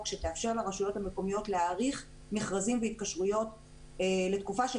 שתאפשר לרשויות המקומיות להאריך מכרזים והתקשרויות לתקופה של